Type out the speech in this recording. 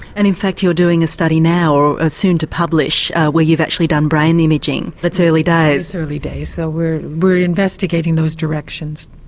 and in fact you're doing a study now, or are soon to publish, where you've actually done brain imaging it's early days. it's early days so we're we're investigating those directions.